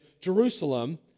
Jerusalem